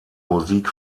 musik